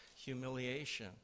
humiliation